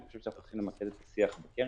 אני חושב שאנחנו צריכים למקד את השיח בקרן,